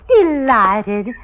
Delighted